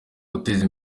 guteza